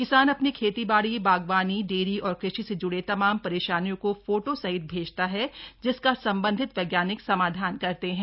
किसान अपनी खेती बाड़ी बागवानी डेरी और कृषि से जुड़े तमाम परेशानियों को फोटो सहित भेजता है जिसका संबंधित वैज्ञानिक समाधान करते हैं